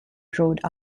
rhode